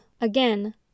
again